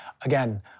Again